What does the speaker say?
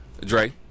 Dre